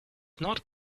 not